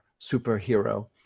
superhero